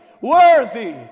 Worthy